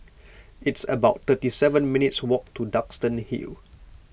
it's about thirty seven minutes' walk to Duxton Hill